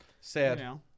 Sad